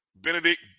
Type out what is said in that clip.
Benedict